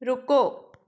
ਰੁਕੋ